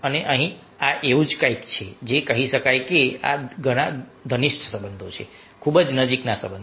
અને અહીં આ એવું કંઈક છે જે કોઈ કહી શકે છે કે આ ઘણા ઘનિષ્ઠ સંબંધો છે ખૂબ જ નજીકના સંબંધો